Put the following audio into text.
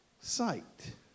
sight